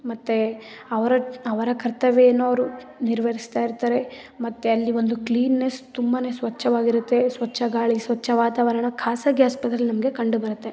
ಮತ್ತೆ ಅವರ ಅವರ ಕರ್ತವ್ಯ ಏನು ಅವರು ನಿರ್ವಹಿಸ್ತಾ ಇರ್ತಾರೆ ಮತ್ತು ಅಲ್ಲಿ ಒಂದು ಕ್ಲೀನ್ನೆಸ್ ತುಂಬಾ ಸ್ವಚ್ಛವಾಗಿ ಇರುತ್ತೆ ಸ್ವಚ್ಛ ಗಾಳಿ ಸ್ವಚ್ಛ ವಾತಾವರಣ ಖಾಸಗಿ ಆಸ್ಪತ್ರೇಲಿ ನಮಗೆ ಕಂಡು ಬರುತ್ತೆ